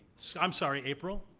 so i'm sorry, april.